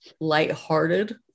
lighthearted